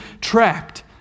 trapped